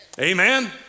Amen